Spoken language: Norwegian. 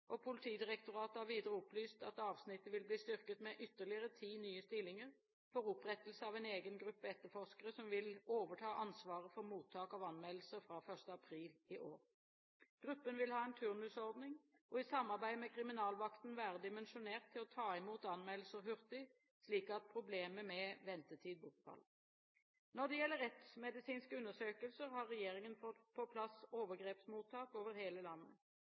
Politidirektoratet har videre opplyst at avsnittet vil bli styrket med ytterligere ti nye stillinger for opprettelse av en egen gruppe etterforskere som vil overta ansvaret for mottak av anmeldelser fra 1. april i år. Gruppen vil ha en turnusordning, og i samarbeid med kriminalvakten være dimensjonert til å ta imot anmeldelser hurtig, slik at problemet med ventetid bortfaller. Når det gjelder rettsmedisinske undersøkelser, har regjeringen fått på plass overgrepsmottak over hele landet.